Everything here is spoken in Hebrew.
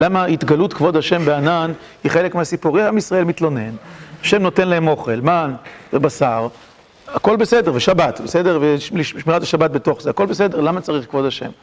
למה התגלות כבוד השם בענן היא חלק מהסיפורים? עם ישראל מתלונן, השם נותן להם אוכל, מן ובשר, הכל בסדר, ושבת, בסדר, ולשמירת השבת בתוך זה, הכל בסדר, למה צריך כבוד השם?